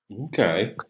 okay